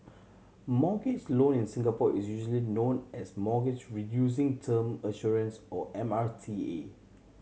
mortgage loan in Singapore is usually known as Mortgage Reducing Term Assurance or M R T A